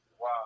Wow